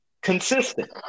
consistent